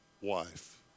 wife